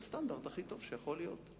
שזה הסטנדרט הכי טוב שיכול להיות.